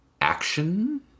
action